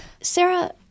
Sarah